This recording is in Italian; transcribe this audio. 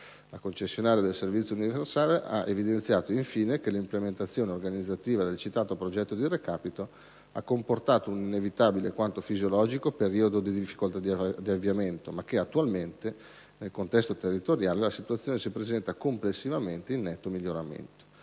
La Concessionaria del servizio universale ha evidenziato, infine, che l'implementazione organizzativa del citato Progetto di recapito ha comportato un inevitabile quanto fisiologico periodo di difficoltà d'avviamento, ma che attualmente, nel contesto territoriale in esame, la situazione si presenta complessivamente in netto miglioramento.